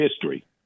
history